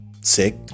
sick